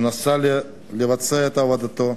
שנסע לבצע את עבודתו,